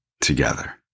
together